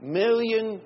million